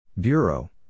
Bureau